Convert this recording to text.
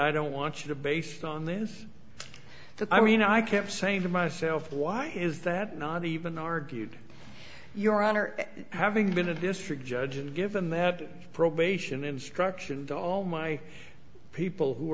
i don't want you to based on this that i mean i kept saying to myself why is that not even argued your honor having been a district judge and give a mad probation instruction to all my people who